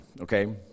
Okay